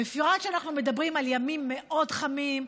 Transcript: בפרט כשאנחנו מדברים על ימים מאוד חמים,